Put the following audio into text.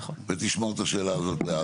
ותשמור את השאלה הזאת.